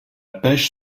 pêche